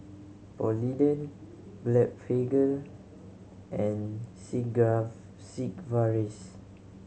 Polident Blephagel and Sigvaris